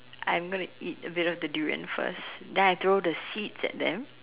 I'm gonna eat a bit of the durian first then I throw the seeds at them